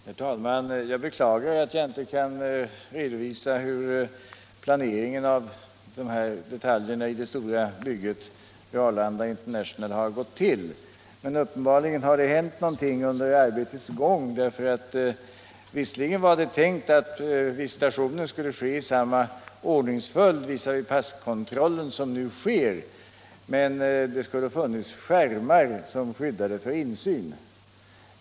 Herr talman! Jag beklagar att jag inte kan redovisa hur planeringen av dessa detaljer i det stora bygget vid Arlanda International har gått till. Uppenbarligen har någonting hänt under arbetets gång. Visserligen var det tänkt att visitationen skulle ske i samma ordningsföljd visavi passkontrollen som nu sker, men det skulle ha funnits skärmar som skyddade för insyn.